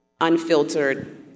unfiltered